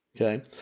Okay